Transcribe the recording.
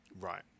right